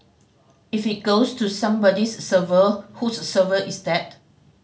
if it goes to somebody's server whose server is that